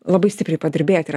labai stipriai padirbėt ir